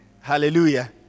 Hallelujah